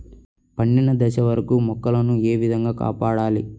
పండిన దశ వరకు మొక్కల ను ఏ విధంగా కాపాడాలి?